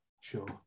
Sure